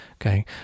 Okay